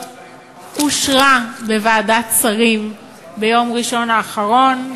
אושרה בוועדת שרים ביום ראשון האחרון,